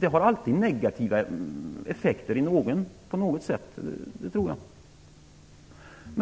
Jag tror att det alltid på något sätt har negativa effekter.